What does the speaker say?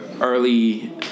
early